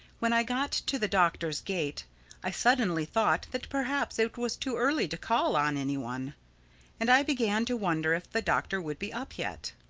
when i got to the doctor's gate i suddenly thought that perhaps it was too early to call on any one and i began to wonder if the doctor would be up yet.